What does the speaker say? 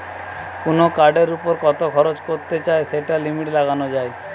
কুনো কার্ডের উপর কত খরচ করতে চাই সেটার লিমিট লাগানা যায়